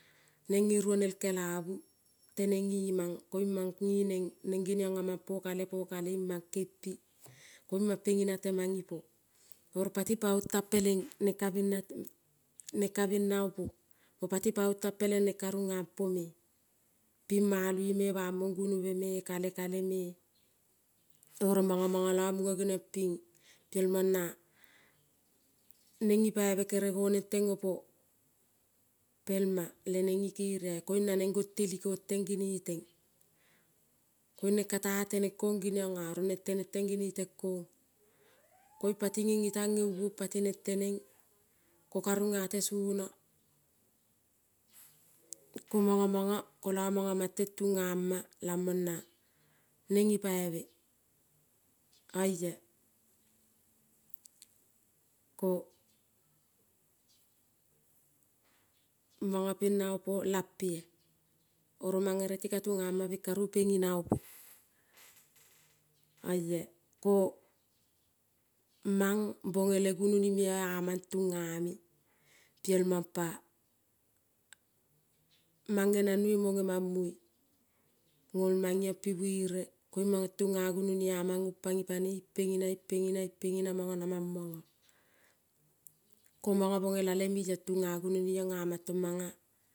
Nen ni ruonel kelabu tenen neman koun man nenen, nengenion aman po kale po kai koin man pena teman ipo, oro pati paon tan pelen nen ka runa pome pin maloi bamon guonobe kale, kale me oro mono mono lo muno geniom pin mon na nen nipibe ten kere gonen opo pel ma tenen nikerioi nanen gonteli konte geneten koin nen kate geniona, oro tenen kon ten gene ten kona koin pati nene tan neuon patinen, tenen ko ka runa tesono ko mono mono ko manten tunama lamon na nen nipibe. Oia ko mono pena opo lampea, oro man bereti katunama omon peny opo. Oia man ko bone le gunoni meo aman tuname pielmon pa man nemamoi, mo nenanoi nolman ion pibuere koin mono tuna gunoni, aman ko mono bonela leme ion tuna gunoni aman.